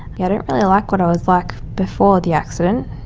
yeah don't really like what i was like before the accident,